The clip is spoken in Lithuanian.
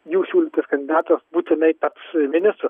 jų siūlytas kandidatas būtinai taps ministru